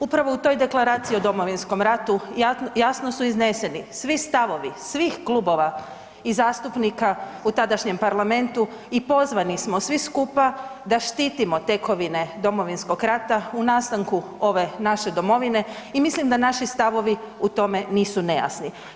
Upravo u toj Deklaraciji o Domovinskom ratu jasno su izneseni svi stavovi svih klubova i zastupnika u tadašnjem Parlamentu i pozvani smo svi skupa da štitimo tekovine Domovinskog rata u nastanku ove naše domovine i mislim da naši stavovi u tome nisu nejasni.